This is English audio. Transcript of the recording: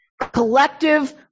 collective